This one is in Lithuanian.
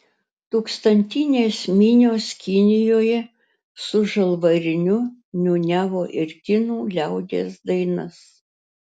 tūkstantinės minios kinijoje su žalvariniu niūniavo ir kinų liaudies dainas